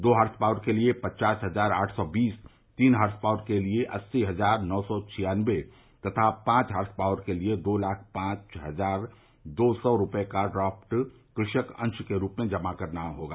दो horsepower के लिए पचास हजार आठ सौ बीस तीन हार्स पॉवर के लिए अस्सी हजार नौ सौ छियानवे तथा पांच हार्स पॉवर के लिए दो लाख पांच हजार दो सौ रूपये का ड्राप्ट कृषक अंश के रूप में जमा कराना होगा